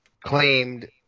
claimed